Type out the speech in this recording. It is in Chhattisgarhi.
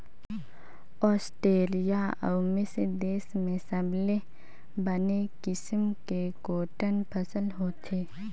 आस्टेलिया अउ मिस्र देस में सबले बने किसम के कॉटन फसल होथे